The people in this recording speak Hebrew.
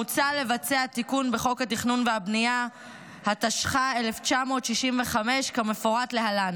מוצע לבצע תיקון בחוק התכנון והבנייה התשכ"ה 1965 כמפורט להלן: